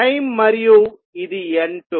ఇది టైం మరియు ఇది N2